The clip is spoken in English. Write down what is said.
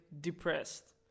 depressed